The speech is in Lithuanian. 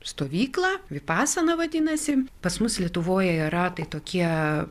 stovyklą vipasana vadinasi pas mus lietuvoje yra tai tokie